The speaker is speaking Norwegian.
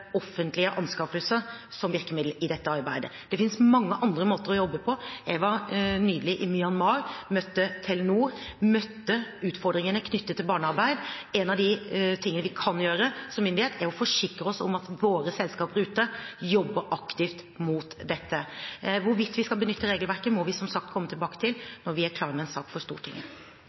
offentlige anskaffelser som virkemiddel i dette arbeidet. Det finnes mange andre måter å jobbe på. Jeg var nylig i Myanmar og møtte Telenor og møtte utfordringene knyttet til barnearbeid. En av de tingene vi kan gjøre som myndighet, er å forsikre oss om at våre selskaper ute jobber aktivt mot dette. Hvorvidt vi skal benytte regelverket, må vi som sagt komme tilbake